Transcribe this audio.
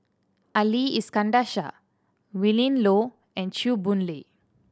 Ali Iskandar Shah Willin Low and Chew Boon Lay